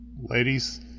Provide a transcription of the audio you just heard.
Ladies